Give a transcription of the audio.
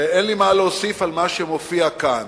ואין לי מה להוסיף על מה שמופיע כאן.